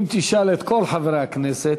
אם תשאל את כל חברי הכנסת,